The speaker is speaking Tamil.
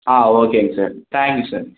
ஆ ஓகேங்க சார் தேங்க்ஸ் சார்